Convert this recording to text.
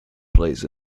plays